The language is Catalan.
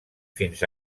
fins